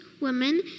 women